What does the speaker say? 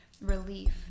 relief